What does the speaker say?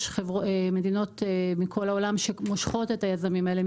יש מדינות מכל העולם שמושכות את היזמים האלה.